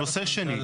נושא שני.